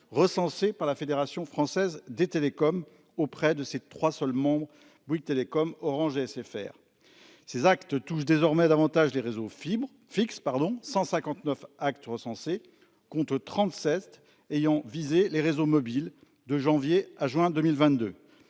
recensés par la Fédération française des télécoms auprès de ses trois membres- Bouygues Telecom, Orange et SFR. Ces actes touchent désormais davantage les réseaux fixes : 159 actes ont été recensés contre 37 ayant visé les réseaux mobiles de janvier à juin 2022.